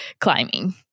climbing